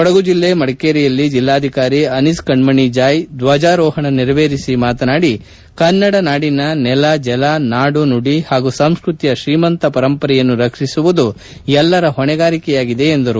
ಕೊಡಗು ಜಿಲ್ಲೆ ಮಡಿಕೇರಿಯಲ್ಲಿ ಜಿಲ್ಲಾಧಿಕಾರಿ ಅನೀಸ್ ಕಣ್ಮಣಿ ಜಾಯ್ ದ್ವಜಾರೋಹಣ ನೆರವೇರಿಸಿ ಮಾತನಾಡಿ ಕನ್ನಡ ನಾಡಿನ ನೆಲ ಜಲ ನಾಡು ನುಡಿ ಪಾಗೂ ಸಂಸ್ಕೃತಿಯ ಶ್ರೀಮಂತ ಪರಂಪರೆಯನ್ನು ರಕ್ಷಿಸುವುದು ಎಲ್ಲರ ಹೊಣೆಗಾರಿಕೆಯಾಗಿದೆ ಎಂದು ಪೇಳಿದರು